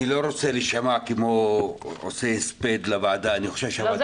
אני לא רוצה להישמע כמי עושה הספד לוועדה --- לא,